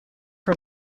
for